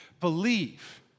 believe